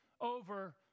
over